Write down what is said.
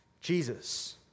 Jesus